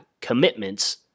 commitments